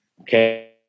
Okay